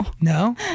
no